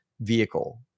vehicle